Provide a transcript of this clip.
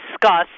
discuss